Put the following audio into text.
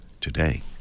today